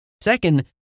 Second